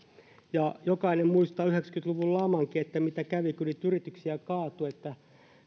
jokainen muistaa yhdeksänkymmentä luvun lamastakin mitä kävi kun niitä yrityksiä kaatui me